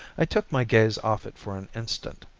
i took my gaze off it for an instant.